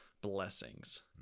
blessings